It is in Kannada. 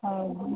ಹೌದ